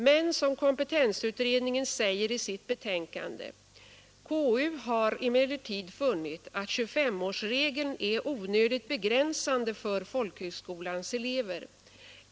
Men som kompetensutredningen säger i sitt betänkande: ”KU har emellertid funnit att 2S-årsregeln är onödigt begränsande för folkhögskolans elever.